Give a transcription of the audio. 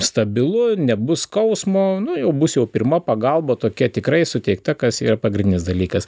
stabilu nebus skausmo nu jau bus jau pirma pagalba tokia tikrai suteikta kas yra pagrindinis dalykas